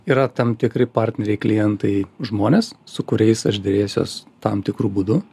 yra tam tikri partneriai klientai žmonės su kuriais aš derėsiuos tam tikru būdu